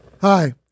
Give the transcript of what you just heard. Hi